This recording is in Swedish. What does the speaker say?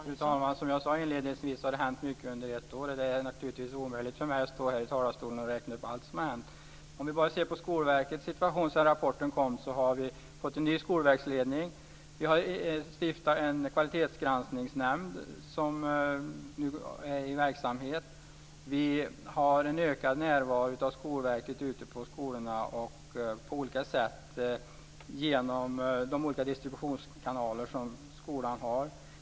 Fru talman! Som jag sade inledningsvis har det hänt mycket under ett år. Det är naturligtvis omöjligt för mig att stå här i talarstolen och räkna upp allt som har hänt. Om vi ser på Skolverkets situation sedan rapporten kom har vi fått en ny skolverksledning. Det har instiftats en kvalitetsgranskningsnämnd som nu är i verksamhet. Vi har en ökad närvaro av Skolverket ute på skolorna och på olika sätt genom de olika distributionskanaler som skolan har.